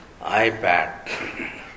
iPad